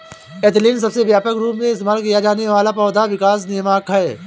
ethylene सबसे व्यापक रूप से इस्तेमाल किया जाने वाला पौधा विकास नियामक है